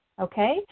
Okay